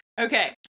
Okay